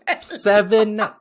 seven